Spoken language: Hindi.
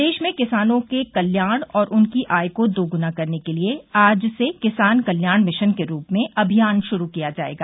प्रदेश में किसानों के कल्याण और उनकी आय को दोगुना करने के लिए आज से किसान कल्याण मिशन के रूप में अभियान शुरू किया जायेगा